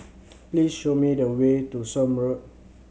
please show me the way to Somme Road